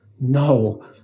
No